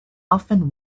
often